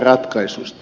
puhemies